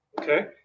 okay